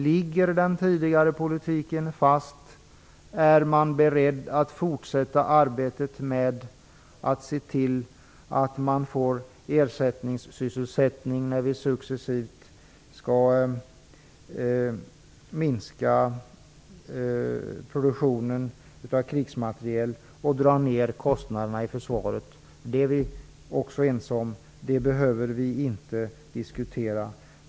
Ligger den tidigare politiken fast? Är man beredd att fortsätta arbetet med att se till att man får ersättningssysselsättning när vi successivt skall minska produktionen av krigsmateriel och dra ned kostnaderna i försvaret? Det är vi ense om och behöver inte diskutera.